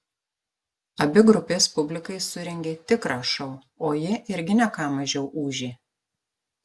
abi grupės publikai surengė tikrą šou o ji irgi ne ką mažiau ūžė